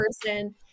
person